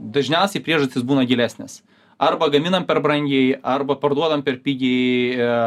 dažniausiai priežastys būna gilesnės arba gaminam per brangiai arba parduodam per pigiai